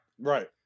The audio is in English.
right